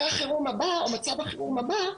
מצב החירום הבא,